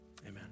Amen